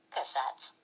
Cassettes